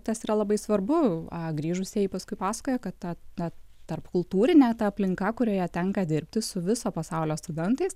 tas yra labai svarbu a grįžusieji paskui pasakoja kad ta na tarpkultūrinė aplinka kurioje tenka dirbti su viso pasaulio studentais